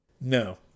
No